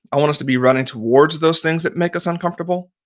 i want us to be running towards those things that make us uncomfortable,